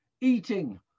eating